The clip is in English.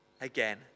again